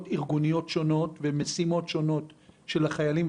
ארגוניות שונות ומשימות שונות של החיילים,